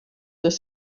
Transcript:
their